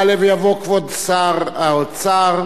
יעלה ויבוא כבוד שר האוצר,